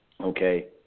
okay